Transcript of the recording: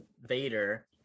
Vader